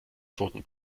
toten